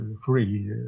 free